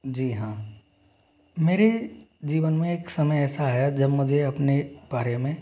जी हाँ मेरे जीवन में एक समय ऐसा आया जब मुझे अपने बारे में